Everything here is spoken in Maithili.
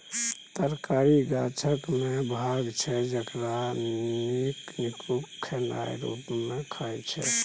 तरकारी गाछक ओ भाग छै जकरा मनुख खेनाइ रुप मे खाइ छै